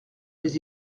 mais